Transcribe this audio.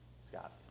Scott